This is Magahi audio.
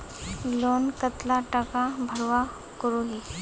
लोन कतला टाका भरवा करोही?